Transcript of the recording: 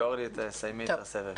ואורלי, את תסיימי את הסבב.